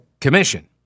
commission